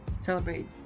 celebrate